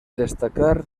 destacar